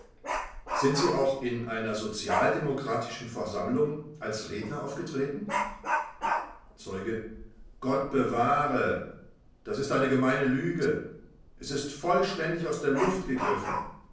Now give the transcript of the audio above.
sind sie auch in einer sozialdemokratischen versammlung als redner aufgetreten zeuge gott bewahre das ist eine gemeine lüge es ist vollständig aus der luft gegriffen